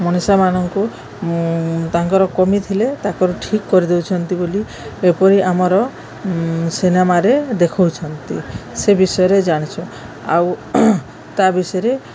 ମଣିଷମାନଙ୍କୁ ତାଙ୍କର କମି ଥିଲେ ତାଙ୍କର ଠିକ କରିଦଉଛନ୍ତି ବୋଲି ଏପରି ଆମର ସିନେମାରେ ଦେଖଉଛନ୍ତି ସେ ବିଷୟରେ ଜାଣିଛୁ ଆଉ ତା ବିଷୟରେ